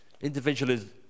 Individualism